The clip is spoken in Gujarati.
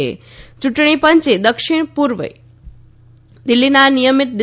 યૂંટણી પંચે દિક્ષિણ પૂર્વે દિલ્ફીના નિયમિત ડી